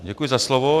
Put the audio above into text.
Děkuji za slovo.